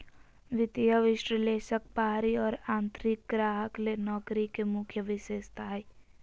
वित्तीय विश्लेषक बाहरी और आंतरिक ग्राहक ले नौकरी के मुख्य विशेषता हइ